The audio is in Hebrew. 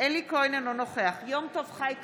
אלי כהן, אינו נוכח יום טוב חי כלפון,